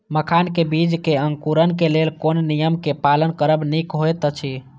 मखानक बीज़ क अंकुरन क लेल कोन नियम क पालन करब निक होयत अछि?